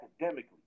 academically